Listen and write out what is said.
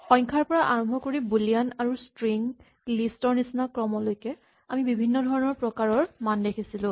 সংখ্যাৰ পৰা আৰম্ভ কৰি বুলিয়ান আৰু ষ্ট্ৰিং লিষ্ট ৰ নিচিনা ক্ৰমলৈকে আমি বিভিন্ন প্ৰকাৰৰ মান দেখিলো